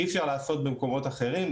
אי-אפשר לעשות במקומות אחרים.